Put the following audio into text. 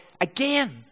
Again